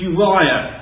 Uriah